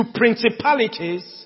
principalities